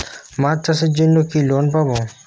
মাছ চাষের জন্য কি লোন পাব?